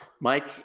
Mike